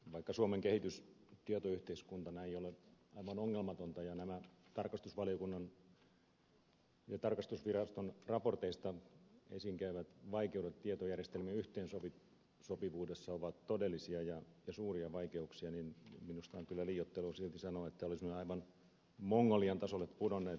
vaikka suomen kehitys tietoyhteiskuntana ei ole aivan ongelmatonta ja nämä tarkastusvaliokunnan ja valtiontalouden tarkastusviraston raporteissa esiin käyvät vaikeudet tietojärjestelmien yhteensopivuudessa ovat todellisia ja suuria vaikeuksia niin minusta on kyllä liioittelua silti sanoa että olisimme aivan mongolian tasolle pudonneet